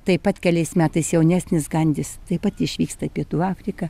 taip pat keliais metais jaunesnis gandis taip pat išvyksta į pietų afriką